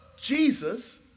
Jesus